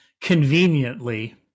conveniently